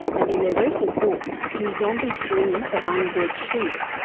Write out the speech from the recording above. and in their recent book do zombies dream of undead sheep?